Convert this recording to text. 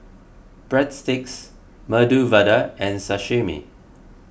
Breadsticks Medu Vada and Sashimi